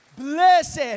Blessed